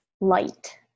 light